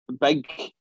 big